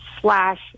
slash